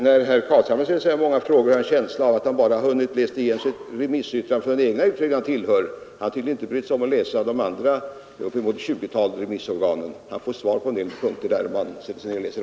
När herr Carlshamre ställer så många frågor får jag en känsla av att han bara hunnit läsa igenom remissyttrandet från den utredning som han själv tillhör. Han har tydligen inte brytt sig om att läsa de andra upp mot 20 remissorganens yttranden. Om herr Carlshamre läser dessa, får han svar på en del punkter.